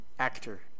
actor